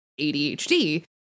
ADHD